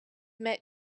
met